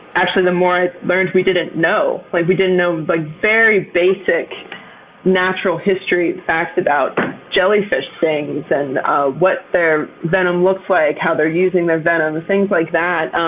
actually, the more i learned we didn't know, we didn't know but very basic natural history facts about jellyfish stings, and what their venom looks like, how they're using their venom, and things like that, um